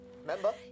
Remember